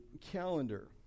calendar